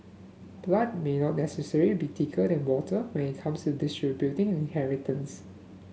blood may not necessarily be thicker than water when it comes to distributing inheritance